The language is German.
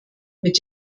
mit